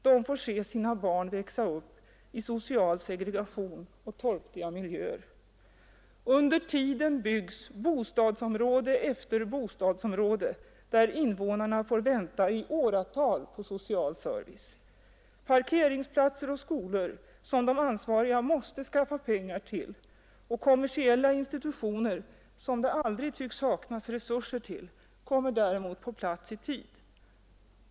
De får se sina barn växa upp i social segregation och torftiga miljöer. Under tiden byggs bostadsområde efter bostadsområde, där invånarna får vänta i åratal på social service. Parkeringsplatser och skolor, som de ansvariga måste skaffa pengar och mark till, och kommersiella institutioner, som det aldrig tycks saknas resurser till, kommer däremot på plats i tid.